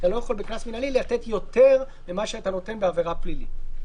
אתה לא יכול בקנס מינהלי לתת יותר ממה שאתה נותן בעבירה פלילית.